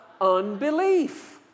unbelief